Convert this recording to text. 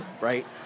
right